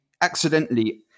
accidentally